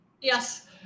Yes